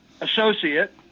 associate